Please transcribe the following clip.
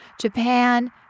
Japan